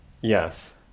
Yes